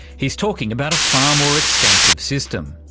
he's talking about a far more extensive system.